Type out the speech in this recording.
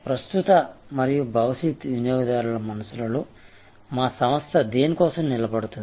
ప్రస్తుత మరియు భవిష్యత్ వినియోగదారుల మనస్సులలో మా సంస్థ దేని కోసం నిలబడుతుంది